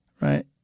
Right